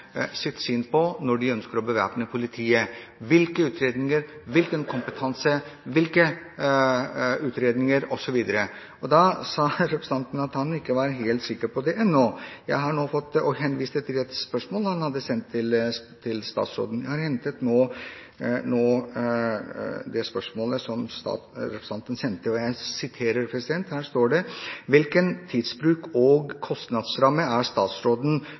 sitt syn på når de ønsker å bevæpne politiet – hvilke utredninger, hvilken kompetanse osv.? Da sa representanten at han ikke var helt sikker på det ennå, og henviste til et spørsmål han hadde sendt til statsråden. Jeg har hentet det spørsmålet som representanten sendte, og der står det: «Hvilken tidsbruk og kostnadsramme ser statsråden